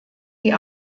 die